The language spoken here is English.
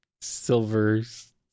Silver's